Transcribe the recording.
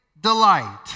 delight